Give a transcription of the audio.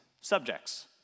subjects